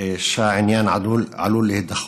ידיעות שהעניין עלול להידחות.